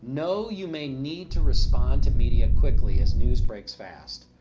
know you may need to respond to media quickly as news breaks fast.